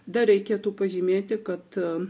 dar reikėtų pažymėti kad